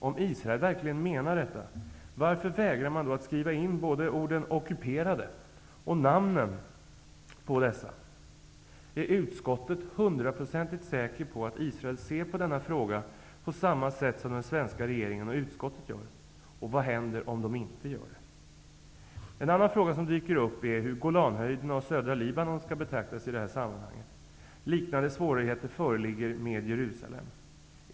Om Israel verkligen menar detta, varför vägrar man då att skriva in både orden ''ockuperade territorierna'' och namnen på dessa? Är utskottet hundraprocentigt säkert på att Israel ser på denna fråga på samma sätt som den svenska regeringen och utskottet gör? Vad händer om Israel inte gör det? En annan fråga som dyker upp är hur Golanhöjderna och södra Libanon skall betraktas i detta sammanhang. Liknande svårigheter föreligger med Jerusalem.